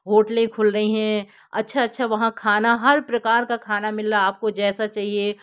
होटलें खुल रही है अच्छा अच्छा वहाँ खाना हर प्रकार का खाना मिल रहा है आपको जैसा चाहिए